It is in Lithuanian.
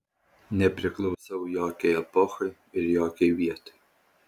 nepriklausau jokiai epochai ir jokiai vietai